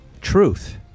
truth